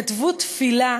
הם כתבו תפילה